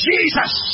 Jesus